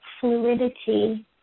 fluidity